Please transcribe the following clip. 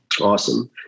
Awesome